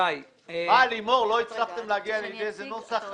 לימור, לא הצלחתם להגיע לאיזה נוסח?